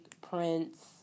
prints